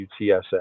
UTSA